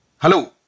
Hello